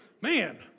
Man